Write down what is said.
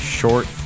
short